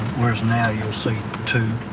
whereas now you'll see two